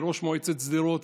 ראש מועצת שדרות,